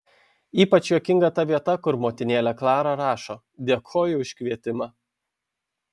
ypač juokinga ta vieta kur motinėlė klara rašo dėkoju už kvietimą